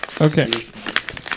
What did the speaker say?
Okay